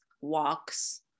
walks